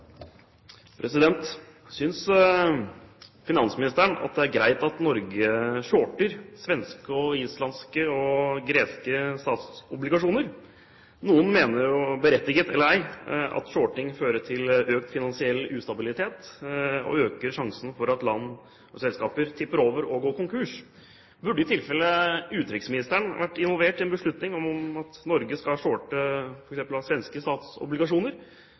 greit at Norge shorter svenske, islandske og greske statsobligasjoner? Noen mener – berettiget eller ei – at shorting fører til økt finansiell ustabilitet og øker sjansen for at land og selskaper tipper over og går konkurs. Burde i tilfelle utenriksministeren vært involvert i en beslutning om at Norge skal shorte f.eks. svenske statsobligasjoner?